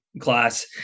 class